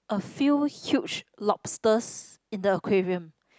a few huge lobsters in the aquarium